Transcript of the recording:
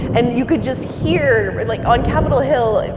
and you could just hear, like, on capitol hill, i